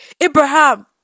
Abraham